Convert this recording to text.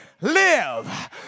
live